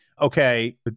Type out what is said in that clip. Okay